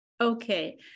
Okay